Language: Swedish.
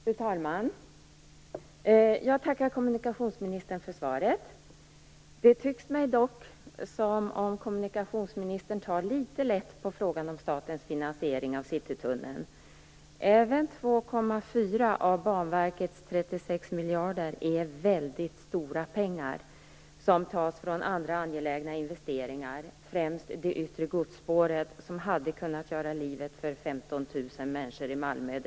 Fru talman! Jag tackar kommunikationsministern för svaret. Det tycks mig dock som om kommunikationsministern tar litet lätt på frågan om statens finansiering av Citytunneln. Även 2,4 av Banverkets 36 miljarder är väldigt stora pengar som tas från andra angelägna investeringar, främst det yttre godsspåret som hade kunnat göra livet drägligare för 15 000 människor i Malmö.